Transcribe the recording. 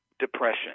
Depression